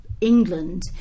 England